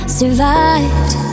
survived